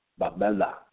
Babella